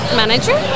manager